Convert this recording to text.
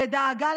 ודאגה,